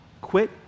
Quit